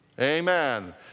Amen